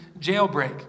jailbreak